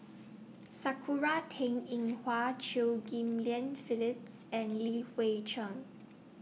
Sakura Teng Ying Hua Chew Ghim Lian Phyllis and Li Hui Cheng